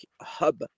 hub